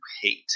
hate